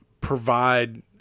provide